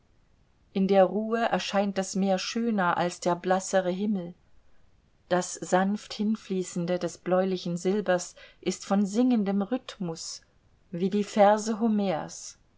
in der ruhe erscheint das meer schöner als der blassere himmel das sanft hinfließende des bläulichen silbers ist von singendem rhythmus wie die verse homers